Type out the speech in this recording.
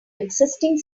existing